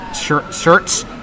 shirts